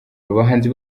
bahanzi